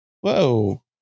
Whoa